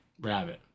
rabbit